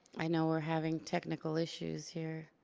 i know we're having technical issues here.